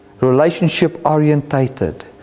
relationship-orientated